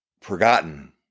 forgotten